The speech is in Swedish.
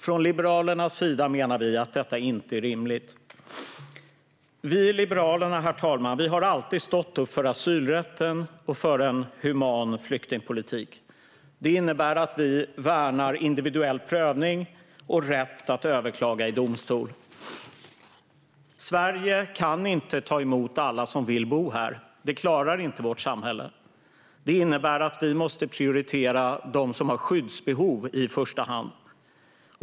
Från Liberalernas sida menar vi att detta inte är rimligt. Herr talman! Vi i Liberalerna har alltid stått upp för asylrätten och en human flyktingpolitik. Det innebär att vi värnar individuell prövning och rätt att överklaga i domstol. Sverige kan inte ta emot alla som vill bo här. Det klarar inte vårt samhälle. Det innebär att vi måste prioritera dem som har skyddsbehov i första hand.